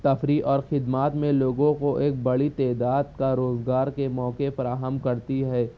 تفریح اور خدمات میں لوگوں کو ایک بڑی تعداد کا روزگار کے موقعے فراہم کرتی ہے